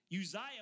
Uzziah